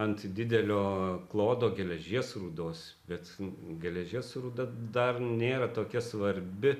ant didelio klodo geležies rūdos bet su geležies rūda dar nėra tokia svarbi